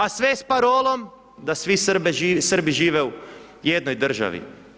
A sve s parolom da svi Srbi žive u jednoj državi.